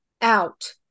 out